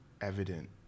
evident